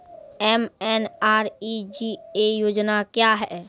MNREGA योजना क्या हैं?